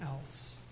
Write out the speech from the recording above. else